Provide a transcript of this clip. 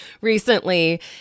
recently